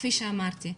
כפי שאמרתי,